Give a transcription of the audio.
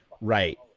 Right